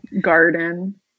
garden